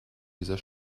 dieser